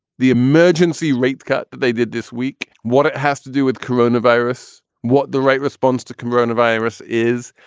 the emergency rate cut that they did this week. what it has to do with corona virus, what the right response to corona virus is.